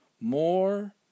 more